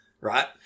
right